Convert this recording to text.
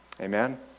Amen